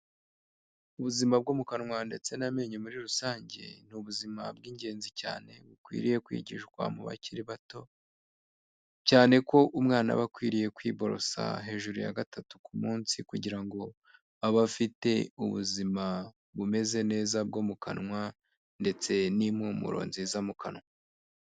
Ubuzima bwo mu kanwa ndetse n'amenyo muri rusange, ni ubuzima bw'ingenzi cyane, bukwiriye kwigishwa mu bakiri bato, cyane ko umwana aba akwiriye kwiborosa, hejuru ya gatatu ku munsi kugira ngo, aba afite ubuzima bumeze neza bwo mu kanwa ndetse n'impumuro nziza mu kanwa.